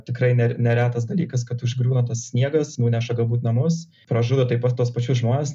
tikrai ne neretas dalykas kad užgriūna tas sniegas nuneša galbūt namus pražudo taip pat tuos pačius žmones